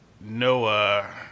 Noah